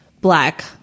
black